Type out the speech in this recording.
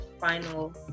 final